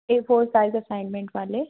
ए four size assignment वाले